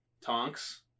tonks